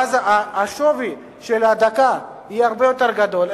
ואז השווי של הדקה יהיה הרבה יותר גדול,